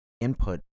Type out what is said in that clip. input